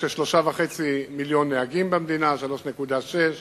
יש כ-3.5 מיליוני נהגים במדינה, 3.6,